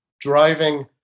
driving